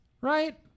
right